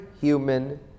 human